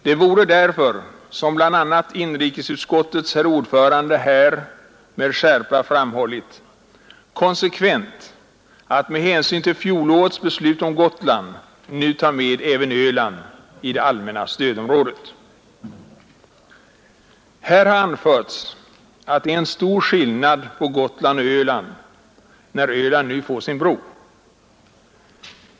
Det vore därför, som bl.a. inrikesutskottets herr ordförande här med skärpa framhållit, konsekvent att med hänsyn till fjolårets beslut om Gotland nu ta med även Öland i det allmänna stödområdet. Här har anförts att det är en stor skillnad på Gotland och Öland när Öland nu får sin bro.